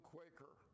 Quaker